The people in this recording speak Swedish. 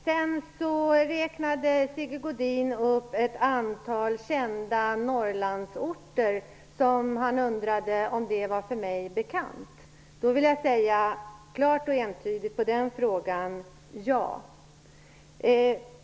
Sigge Godin räknade upp ett antal kända Norrlandsorter och undrade om de var för mig bekanta. På den frågan vill jag svara ett klart och entydigt ja.